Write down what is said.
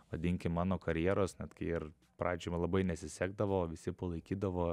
vadinkim mano karjeros net kai ir pradžioj man labai nesisekdavo visi palaikydavo